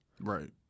Right